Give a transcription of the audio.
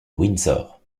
windsor